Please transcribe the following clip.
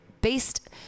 based